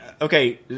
okay